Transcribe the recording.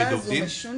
ההחרגה הזאת משונה,